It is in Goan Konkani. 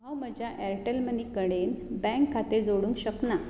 हांव म्हज्या ऍरटॅल मनी कडेन बँक खातें जोडूंक शकना